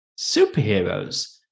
superheroes